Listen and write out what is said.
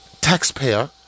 taxpayer